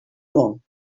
molt